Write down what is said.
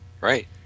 Right